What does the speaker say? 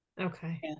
okay